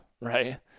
right